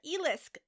Elisk